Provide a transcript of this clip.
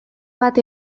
bat